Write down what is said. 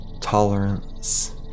tolerance